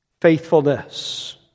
faithfulness